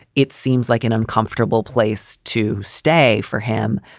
it seems like an uncomfortable place to stay for him.